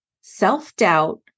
self-doubt